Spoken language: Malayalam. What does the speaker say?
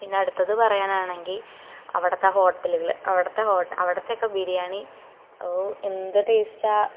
പിന്നെ അടുത്തത് പറയാനാണെങ്കിൽ അവിടുത്തെ ഹോട്ടലുകൾ അവിടുത്തെ ഹോട്ടൽ അവിടുത്തെ ഒക്കെ ബിരിയാണി ഓ എന്ത് ടേസ്റ്റ് ആണ്